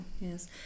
yes